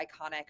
iconic